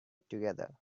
together